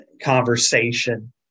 conversation